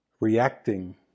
reacting